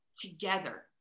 together